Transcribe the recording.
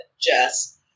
Jess